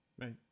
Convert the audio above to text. Right